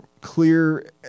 clear